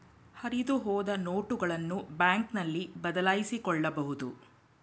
ಹರಿದುಹೋದ ನೋಟುಗಳನ್ನು ಬ್ಯಾಂಕ್ನಲ್ಲಿ ಬದಲಾಯಿಸಿಕೊಳ್ಳಬಹುದು